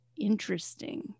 interesting